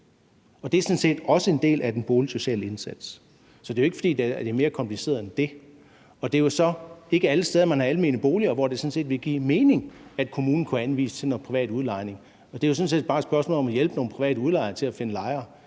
set også en del af den boligsociale indsats, så det er jo ikke, fordi det er mere kompliceret end det. Det er jo så ikke alle steder, man har almene boliger, hvor det ville give mening, at kommunen kunne anvise til noget privat udlejning. Det er jo sådan set bare et spørgsmål om at hjælpe nogle private udlejere til at finde lejere,